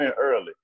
early